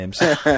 names